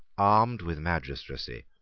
armed with magistracy,